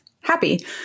happy